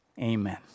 Amen